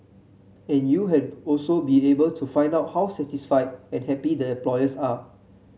and you had also be able to find out how satisfied and happy the employees are